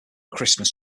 christmas